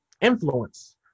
influence